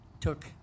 took